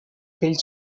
fills